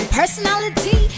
personality